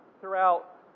throughout